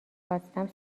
خواستم